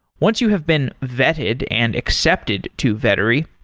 once you have been vetted and accepted to vettery,